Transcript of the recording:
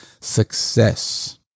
success